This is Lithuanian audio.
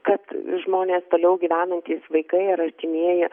kad žmonės toliau gyvenantys vaikai ar artimieji